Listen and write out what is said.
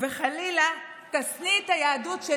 וחלילה תשניא את היהדות,